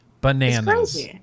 bananas